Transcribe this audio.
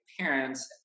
parents